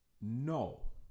No